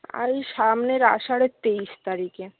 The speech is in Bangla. আর এই সামনের আষাঢ়ের তেইশ তারিখে